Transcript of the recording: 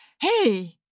hey